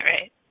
Right